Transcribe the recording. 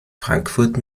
frankfurt